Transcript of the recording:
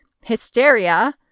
hysteria